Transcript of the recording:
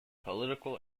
political